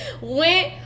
went